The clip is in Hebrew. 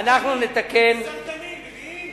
אדוני, סרטנים מביאים?